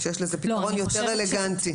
שיש לזה פתרון יותר אלגנטי.